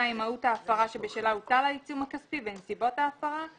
מהות ההפרה שבשלה הוטל העיצום הכספי ונסיבות ההפרה".